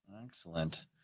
Excellent